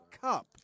cup